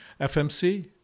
FMC